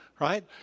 right